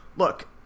Look